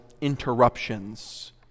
interruptions